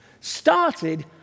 started